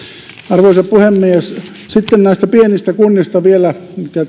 arvoisa puhemies sitten näistä pienistä kunnista vielä minkä